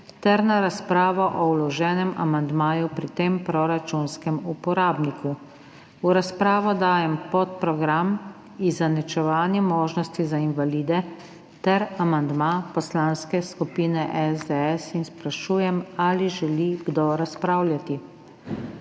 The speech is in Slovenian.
ter na razpravo o vloženem amandmaju pri tem proračunskem uporabniku. V razpravo dajem podprogram Izenačevanje možnosti za invalide ter amandma Poslanske skupine SDS in sprašujem, ali želi kdo razpravljati.